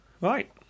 Right